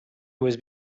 was